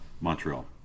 Montreal